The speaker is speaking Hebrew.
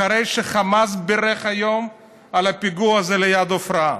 אחרי שחמאס בירך היום על הפיגוע הזה ליד עפרה.